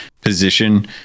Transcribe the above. position